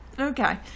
Okay